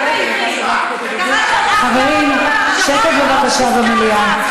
נשמע, חברים, שקט, בבקשה, במליאה.